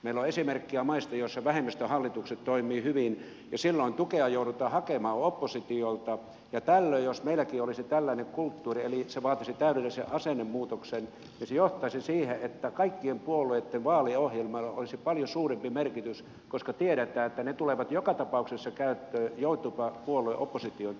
meillä on esimerkkejä maista joissa vähemmistöhallitukset toimivat hyvin ja silloin tukea joudutaan hakemaan oppositiolta ja tällöin jos meilläkin olisi tällainen kulttuuri eli se vaatisi täydellisen asennemuutoksen se johtaisi siihen että kaikkien puolueitten vaaliohjelmilla olisi paljon suurempi merkitys koska tiedetään että ne tulevat joka tapauksessa käyttöön joutuipa puolue oppositioon tai hallitukseen